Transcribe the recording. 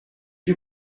you